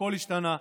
הכול השתנה.